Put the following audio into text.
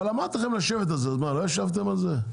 אבל אמרתי לכם לשבת על זה, מה לא ישבתם על זה?